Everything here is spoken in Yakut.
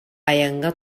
айаҥҥа